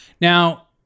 Now